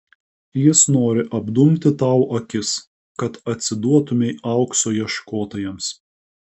jis nori apdumti tau akis kad atsiduotumei aukso ieškotojams